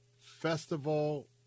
festival